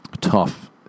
Tough